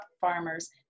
farmers